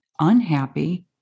unhappy